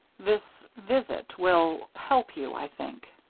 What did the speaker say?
this visit will help you, i think.